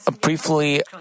briefly